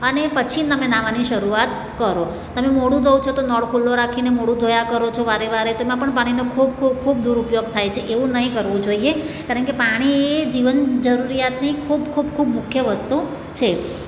અને પછી તમે નાહવાની શરૂઆત કરો તમે મોઢું ધુઓ છો તો નળ ખુલ્લો રાખીને મોઢું ધોયા કરો છો વારે વારે તો એમાં પણ પાણીનો ખૂબ ખૂબ ખૂબ દુરુપયોગ થાય છે એવું નહીં કરવું જોઈએ કારણ કે પાણી એ જીવન જરૂરિયાતની ખૂબ ખૂબ ખૂબ મુખ્ય વસ્તુ છે